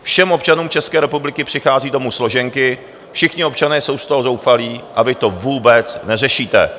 Všem občanům České republiky přichází domů složenky, všichni občané jsou z toho zoufalí, a vy to vůbec neřešíte.